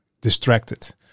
distracted